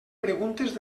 preguntes